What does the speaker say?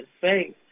faith